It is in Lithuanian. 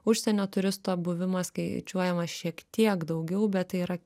užsienio turisto buvimas skaičiuojama šiek tiek daugiau bet tai yra